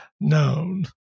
known